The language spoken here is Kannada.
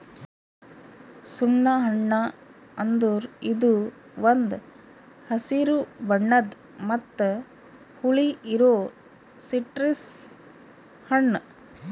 ಸುಣ್ಣ ಹಣ್ಣ ಅಂದುರ್ ಇದು ಒಂದ್ ಹಸಿರು ಬಣ್ಣದ್ ಮತ್ತ ಹುಳಿ ಇರೋ ಸಿಟ್ರಸ್ ಹಣ್ಣ